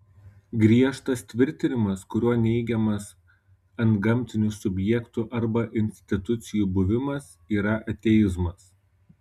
griežtas tvirtinimas kuriuo neigiamas antgamtinių subjektų arba institucijų buvimas yra ateizmas